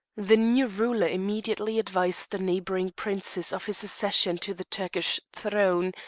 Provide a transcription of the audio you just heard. the new ruler immediately advised the neighbouring princes of his accession to the turkish throne,